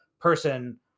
person